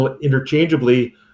interchangeably